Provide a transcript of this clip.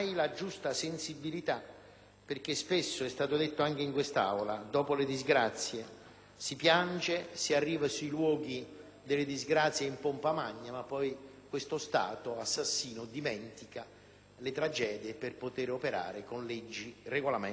Spesso, è stato detto anche in quest'Aula, dopo le disgrazie si piange e si arriva sui luoghi della disgrazia in pompa magna, ma poi questo Stato assassino dimentica le tragedie per poter operare con leggi, regolamenti e interventi vari.